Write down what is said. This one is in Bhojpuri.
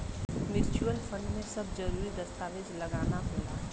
म्यूचुअल फंड में सब जरूरी दस्तावेज लगाना होला